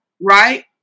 right